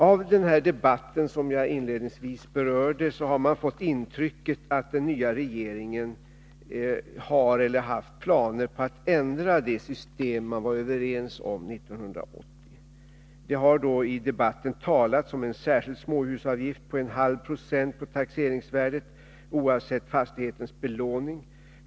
Av den debatt som jag inledningsvis berörde har man fått intrycket att den nya regeringen har eller har haft planer på att ändra det system som riksdagen var överens om 1980. Det har i debatten talats om en särskild småhusavgift på 0,5 90 på taxeringsvärdet oavsett fastighetens belåning.